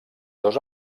dos